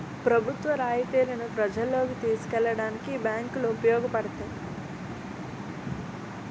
ప్రభుత్వ రాయితీలను ప్రజల్లోకి తీసుకెళ్లడానికి బ్యాంకులు ఉపయోగపడతాయి